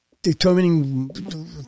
determining